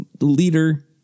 leader